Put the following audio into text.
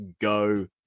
go